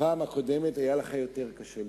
בפעם הקודמת היה לך יותר קשה להיבחר,